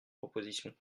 proposition